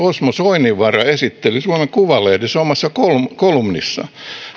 osmo soininvaara esitteli suomen kuvalehdessä omassa kolumnissaan